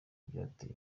byateye